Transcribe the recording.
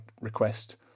request